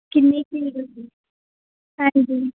ਕਿੰਨੀ ਭੀੜ ਸੀ ਹਾਂਜੀ